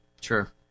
Sure